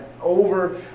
over